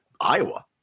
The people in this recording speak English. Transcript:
Iowa